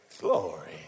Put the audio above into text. glory